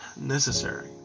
necessary